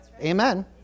amen